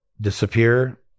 disappear